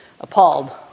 appalled